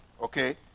Okay